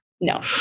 No